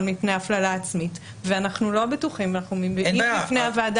מפני הפללה עצמית ואנחנו לא בטוחים ואנחנו מביאים בפני הוועדה